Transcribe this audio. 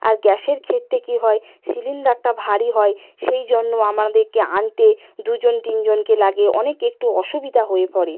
আর গ্যাসের ক্ষেত্রে কী হয় সিলিন্ডারটা ভারী হয় সেই জন্য আমাদেরকে আনতে দু জন তিন জনকে লাগে অনেক একটু অসুবিধা হয়ে পড়ে